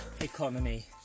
economy